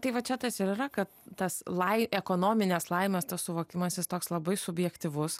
tai va čia tas ir yra kad tas la ekonominės laimės tas suvokimas jis toks labai subjektyvus